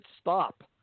stop